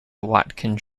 watkins